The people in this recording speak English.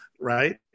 right